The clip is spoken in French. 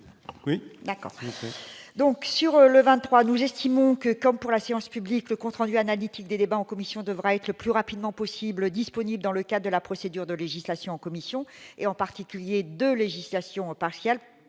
sur le 23, nous estimons que, comme pour la séance publique le compte rendu analytique des débats en commission devra être le plus rapidement possible disponibles dans le cas de la procédure de législation en commission et en particulier de législation partiale,